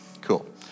Cool